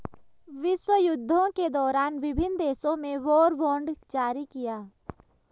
विश्वयुद्धों के दौरान विभिन्न देशों ने वॉर बॉन्ड जारी किया